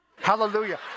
Hallelujah